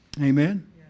Amen